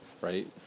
right